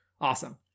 Awesome